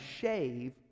shave